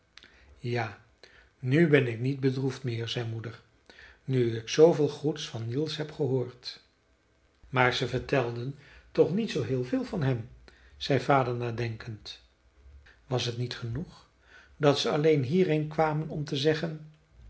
ja nu ben ik niet bedroefd meer zei moeder nu ik zooveel goeds van niels heb gehoord maar ze vertelden toch niet zoo heel veel van hem zei vader nadenkend was het niet genoeg dat ze alleen hierheen kwamen om te zeggen